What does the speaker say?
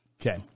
Okay